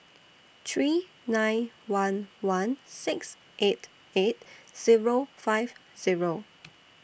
three nine one one six eight eight Zero five Zero